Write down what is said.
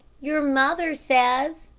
your mother says,